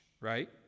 right